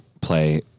play